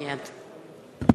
רגע,